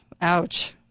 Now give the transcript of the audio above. ouch